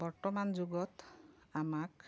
বৰ্তমান যুগত আমাক